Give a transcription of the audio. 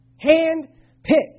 Hand-picked